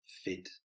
fit